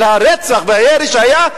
על הרצח והירי שהיה,